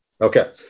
Okay